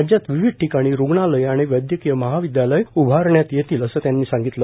राज्यात विविध ठिकाणी रुग्णालयं आणि वैदयकीय महाविदयालये उभारण्यात येतील असं त्यांनी सांगितलं